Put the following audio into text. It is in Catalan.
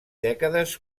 dècades